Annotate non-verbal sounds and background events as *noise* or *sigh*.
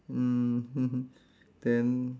mm *laughs* then